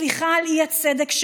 סליחה על האי-צדק,